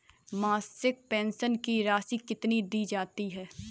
मासिक पेंशन की राशि कितनी दी जाती है?